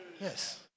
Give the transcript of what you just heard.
Yes